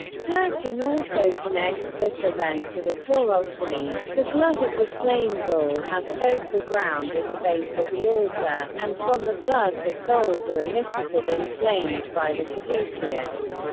turcan also connects this event to the tauroctony the blood of the slain bull has soaked the ground at the base of the altar, and from the blood the souls are elicited in flames by the caduceus.